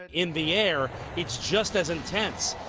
in the air, it's just as intense.